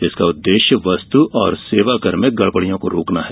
इसका उद्देश्य वस्तु और सेवाकर में गड़बड़ियों को रोकना है